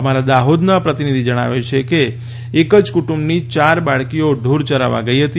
અમારા દાહોદના પ્રતિનિધિ જણાવે છે કે એક જ કુટુંબની ચાર બાળકીઓ ઢોર ચરાવવા ગઇ હતી